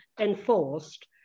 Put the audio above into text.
enforced